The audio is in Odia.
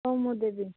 ହଉ ମୁଁ ଦେବି